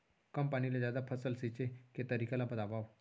कम पानी ले जादा फसल सींचे के तरीका ला बतावव?